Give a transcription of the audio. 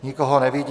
Nikoho nevidím.